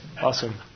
Awesome